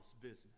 business